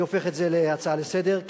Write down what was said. אני הופך את זה להצעה לסדר,